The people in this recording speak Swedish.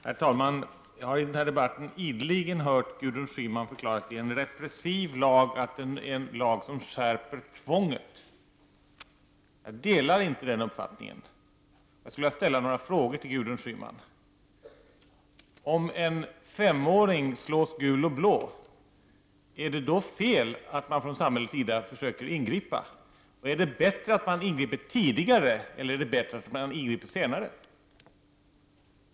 Herr talman! Jag har i den här debatten hört Gudrun Schyman ideligen förklara att det här är fråga om en repressiv lag, som skärper tvånget. Jag delar inte den uppfattningen. Jag skulle vilja ställa några frågor till Gudrun Schyman: Om en femåring slås gul och blå, är det då fel att man från samhällets sida försöker ingripa? Är det bättre att man ingriper tidigare eller att man ingriper senare?